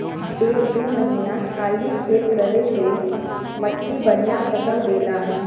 एक दू महीना खाली खेत रहे से मट्टी बढ़िया फसल देला